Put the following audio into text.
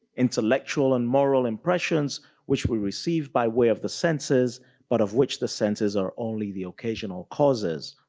intellectual and moral impressions which we receive by way of the senses but of which the senses are only the occasional causes.